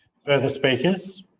further speakers?